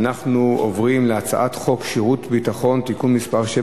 אנחנו עוברים להצעת חוק שירות ביטחון (תיקון מס' 7